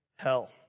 hell